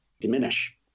diminish